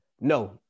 No